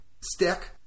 stick